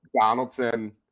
Donaldson